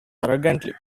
arrogantly